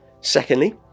Secondly